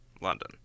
London